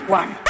one